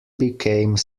became